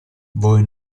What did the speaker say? voi